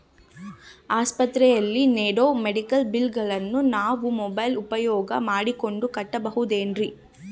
ಆಸ್ಪತ್ರೆಯಲ್ಲಿ ನೇಡೋ ಮೆಡಿಕಲ್ ಬಿಲ್ಲುಗಳನ್ನು ನಾವು ಮೋಬ್ಯೆಲ್ ಉಪಯೋಗ ಮಾಡಿಕೊಂಡು ಕಟ್ಟಬಹುದೇನ್ರಿ?